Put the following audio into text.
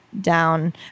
down